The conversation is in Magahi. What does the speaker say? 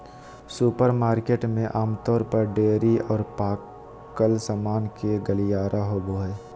सुपरमार्केट में आमतौर पर डेयरी और पकल सामान के गलियारा होबो हइ